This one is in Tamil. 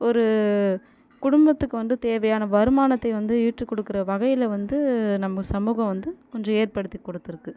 ஒரு குடும்பத்துக்கு வந்து தேவையான வருமானத்தை வந்து ஈட்டு கொடுக்குற வகையில் வந்து நம்ப சமூகம் வந்து கொஞ்சம் ஏற்படுத்தி கொடுத்துருக்கு